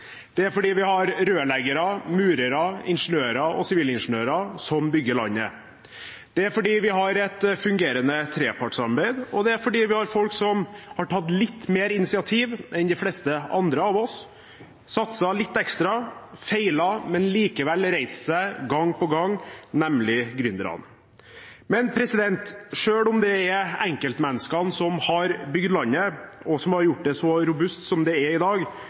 det er fordi vi har rørleggere, murere, ingeniører og sivilingeniører som bygger landet, det er fordi vi har et fungerende trepartssamarbeid, og det er fordi vi har folk som har tatt litt mer initiativ enn de fleste andre av oss, satset litt ekstra, feilet, men likevel reist seg gang på gang, nemlig gründerne. Men selv om det er enkeltmenneskene som har bygd landet, og som har gjort det så robust som det er i dag,